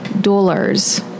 Dollars